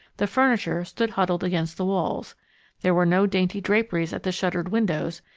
the furniture stood huddled against the walls there were no dainty draperies at the shuttered windows,